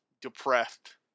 depressed